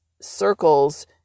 circles